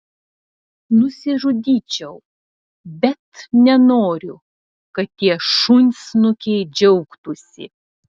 nusižudyčiau bet nenoriu kad tie šunsnukiai džiaugtųsi